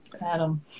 Adam